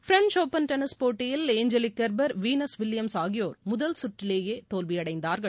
French Open tennis போட்டியில் Angelique Kerber Venus Williams ஆகியோா் முதல் சுற்றிலேயேஅதிர்ச்சி தோல்வியடைந்தார்கள்